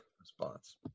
response